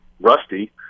rusty